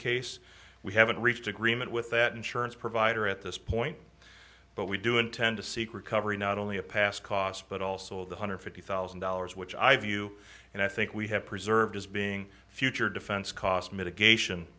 case we haven't reached agreement with that insurance provider at this point but we do intend to seek recovery not only a pass cost but also the hundred fifty thousand dollars which i view and i think we have preserved as being future defense cost mitigation